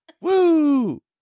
Woo